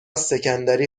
سکندری